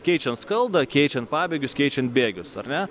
keičiant skaldą keičiant pabėgius keičiant bėgius ar ne